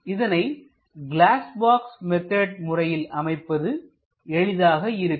இதனை glass box method முறையில் அமைப்பது எளிதாக இருக்கும்